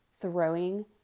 throwing